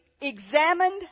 examined